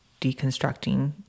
deconstructing